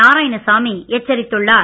நாராயணசாமி எச்சரித்துள்ளார்